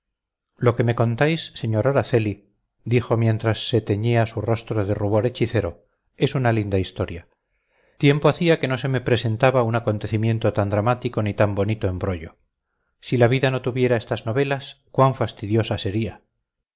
lo que me contáis sr araceli dijo mientras se teñía su rostro de rubor hechicero es una linda historia tiempo hacía que no se me presentaba un acontecimiento tan dramático ni tan bonito embrollo si la vida no tuviera estas novelas cuán fastidiosa sería